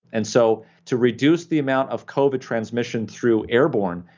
and so to reduce the amount of covid transmission through airborne,